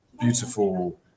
beautiful